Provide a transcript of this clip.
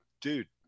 dude